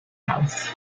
house